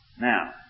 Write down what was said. Now